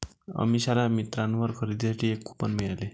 अमिषाला मिंत्रावर खरेदीसाठी एक कूपन मिळाले